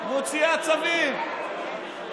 מוציאה צווים,